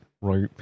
right